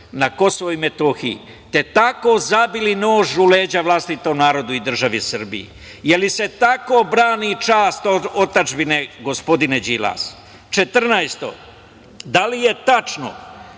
na Kosovo i Metohiju, te tako zabili nož u leđa vlastitom narodu i državi Srbiji? Je li se tako brani čast otadžbine, gospodine Đilas? Četrnaesto pitanje, da li je tačno,